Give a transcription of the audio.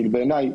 כי בעיניי,